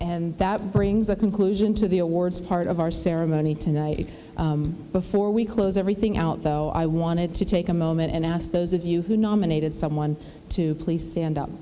and that brings a conclusion to the awards part of our ceremony tonight before we close everything out though i wanted to take a moment and ask those of you who nominated someone to please stand up